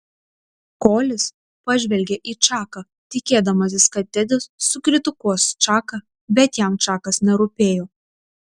kolis pažvelgė į čaką tikėdamasis kad tedis sukritikuos čaką bet jam čakas nerūpėjo